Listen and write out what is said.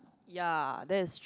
ya that is